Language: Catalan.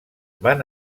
van